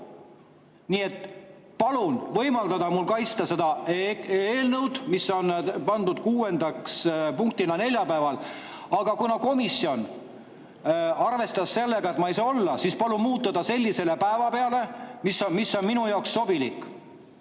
Nii et palun võimaldada mul kaitsta seda eelnõu, mis on pandud kuuendaks punktiks neljapäeval. Aga kuna komisjon arvestas sellega, et ma ei saa siis olla, siis palun panna ta sellise päeva peale, mis on minu jaoks sobilik.